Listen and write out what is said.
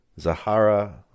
Zahara